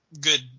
good